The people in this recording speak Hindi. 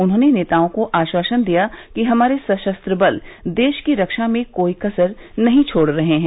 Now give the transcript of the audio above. उन्होंने नेताओं को आश्वासन दिया कि हमारे ससस्त्र बल देश की रक्षा में कोई कसन नहीं छोड़ रहे हैं